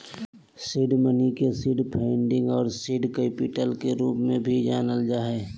seed money के seed funding आर seed capital के रूप में भी जानल जा हइ